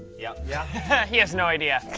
yeah. yeah. he has no idea.